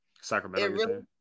Sacramento